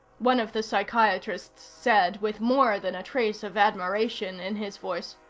one of the psychiatrists said with more than a trace of admiration in his voice.